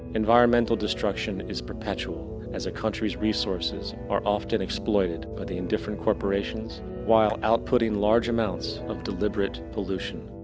environmental destruction is perpetual as a country's resources are often exploited by the indifferent corporations while outputting large amounts of deliberate pollution.